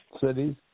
cities